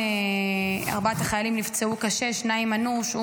ארבעת החיילים נפצעו קשה, שניים אנוש.